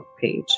page